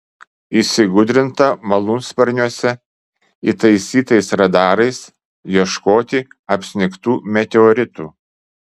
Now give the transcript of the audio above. įsigudrinta malūnsparniuose įtaisytais radarais ieškoti apsnigtų meteoritų